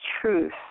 truth